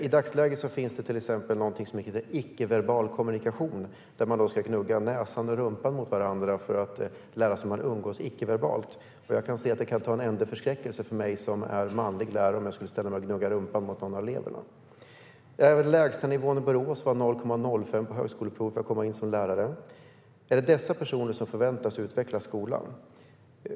I dagsläget finns det till exempel någonting som heter icke-verbal kommunikation. Man ska gnugga näsan och rumpan mot varandra för att lära sig hur man umgås icke-verbalt. Jag kan se att det kan ta en ände med förskräckelse för mig som manlig lärare om jag skulle ställa mig och gnugga rumpan mot någon av eleverna. Lägstanivån för att komma in på lärarutbildningen i Borås var 0,05 på högskoleprovet. Är det dessa personer som förväntas utveckla skolan?